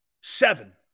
seven